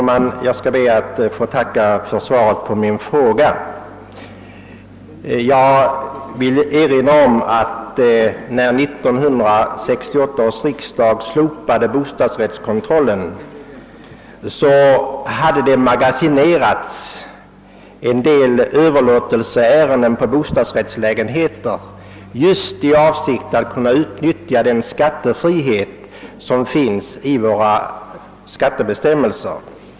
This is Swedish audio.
Herr talman! Jag ber att få tacka för svaret på min fråga. När 1968 års riksdag beslöt slopa bostadsrättskontrollen hade en del överlåtelseärenden =+beträffande <bostadsrättslägenheter magasinerats. Avsikten därmed var att ägarna ville utnyttja den skattefrihet som finns i våra skattebestämmelser.